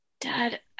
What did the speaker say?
Dad